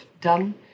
done